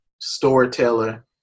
storyteller